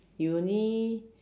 you only